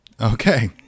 Okay